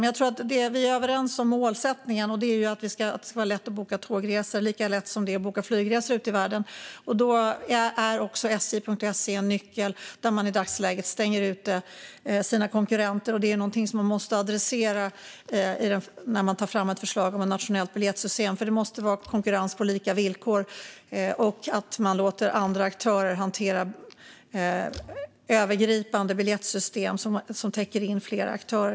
Men jag tror att vi är överens om målsättningen, och den är att det ska vara lätt att boka tågresor - lika lätt som det är att boka flygresor ute i världen. Då är sj.se en nyckel, där företaget i dagsläget stänger ute sina konkurrenter. Det är någonting som man måste adressera när man tar fram ett förslag om ett nationellt biljettsystem. Det måste vara konkurrens på lika villkor, och man måste låta andra aktörer hantera övergripande biljettsystem som i så fall täcker in fler aktörer.